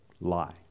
Lie